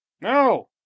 No